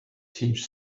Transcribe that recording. teach